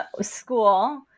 school